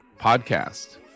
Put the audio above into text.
podcast